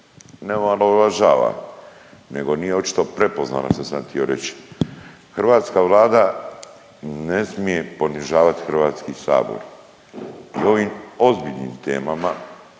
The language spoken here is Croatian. ne omalovažava nego nije očito prepoznala što sam htio reći. Hrvatska Vlada ne smije ponižavati Hrvatski sabor i ovim ozbiljnim temama